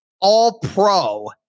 All-Pro